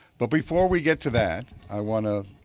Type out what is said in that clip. but before we get to that i want to